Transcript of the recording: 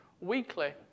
weekly